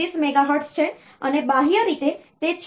125 megahertz છે અને બાહ્ય રીતે તે 6